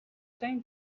time